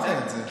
אמרתי את זה.